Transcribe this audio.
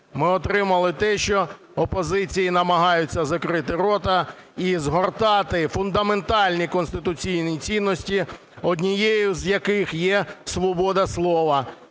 Ми отримали те, що опозиції намагаються закрити рота і згортати фундаментальні конституційні цінності, однією з яких є свобода слова.